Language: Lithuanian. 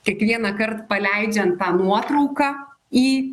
kiekvienąkart paleidžiant tą nuotrauką į